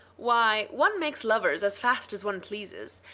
why, one makes lovers as fast as one pleases,